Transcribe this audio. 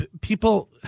people